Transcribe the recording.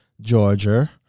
Georgia